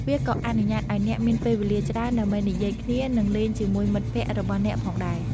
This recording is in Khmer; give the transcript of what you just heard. វាក៏អនុញ្ញាតឱ្យអ្នកមានពេលវេលាច្រើនដើម្បីនិយាយគ្នានិងលេងជាមួយមិត្តភក្តិរបស់អ្នកផងដែរ។